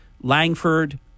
Langford